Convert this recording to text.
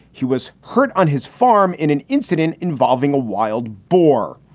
he was hurt on his farm in an incident involving a wild boar.